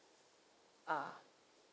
ah